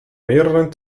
mehreren